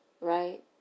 Right